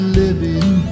living